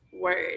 word